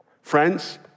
Friends